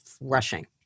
rushing